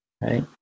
Right